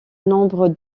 nombre